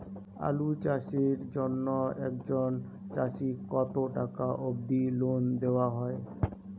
আলু চাষের জন্য একজন চাষীক কতো টাকা অব্দি লোন দেওয়া হয়?